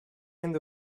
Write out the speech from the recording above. end